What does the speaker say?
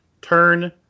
Turn